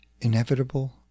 inevitable